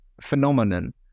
phenomenon